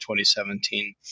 2017